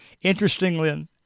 Interestingly